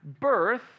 birth